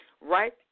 right